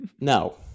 No